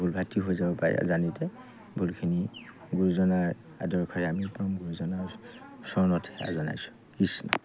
ভুল ভ্ৰান্তি হৈ যাব পাৰে অজানিতে ভুলখিনি গুৰুজনাৰ আদৰ্শৰে আমি পৰম গুৰুজনাৰ চৰণত সেৱা জনাইছোঁ কৃষ্ণ